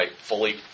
fully